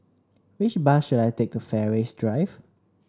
which bus should I take to Fairways Drive